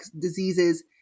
diseases